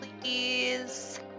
please